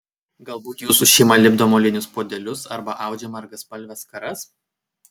galbūt jūsų šeima lipdo molinius puodelius arba audžia margaspalves skaras